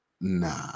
nah